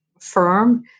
firm